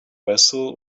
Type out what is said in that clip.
vessel